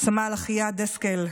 סמל אחיה דסקל,